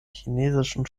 chinesischen